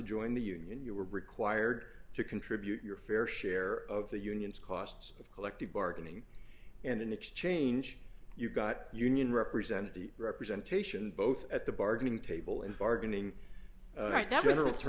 join the union you were required to contribute your fair share of the unions costs of collective bargaining and in exchange you got union representative representation both at the bargaining table and bargaining that that